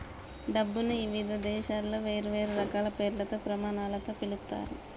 డబ్బుని ఇవిధ దేశాలలో వేర్వేరు రకాల పేర్లతో, ప్రమాణాలతో పిలుత్తారు